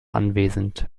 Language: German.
anwesend